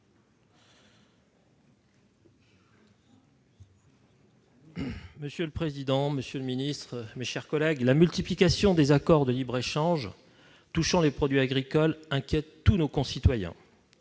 Monsieur le président, monsieur le ministre, mes chers collègues, la multiplication des accords de libre-échange touchant les produits agricoles inquiète tous nos concitoyens.